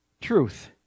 truth